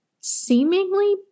seemingly